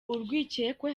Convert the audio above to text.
urwikekwe